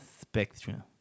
spectrum